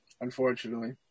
Unfortunately